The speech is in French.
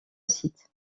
site